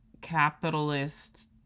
capitalist